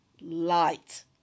light